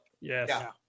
Yes